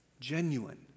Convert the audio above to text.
genuine